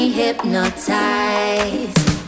hypnotized